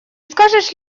скажешь